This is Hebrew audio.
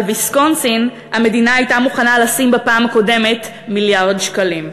על ויסקונסין המדינה הייתה מוכנה לשים בפעם הקודמת מיליארד שקלים,